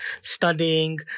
studying